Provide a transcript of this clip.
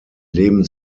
leben